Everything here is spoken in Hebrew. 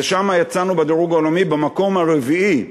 ושם יצאנו בדירוג העולמי במקום הרביעי.